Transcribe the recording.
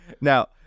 Now